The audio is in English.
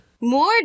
More